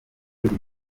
yindi